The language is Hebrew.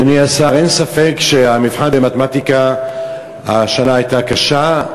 אדוני השר, אין ספק שהמבחן במתמטיקה השנה היה קשה,